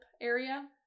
area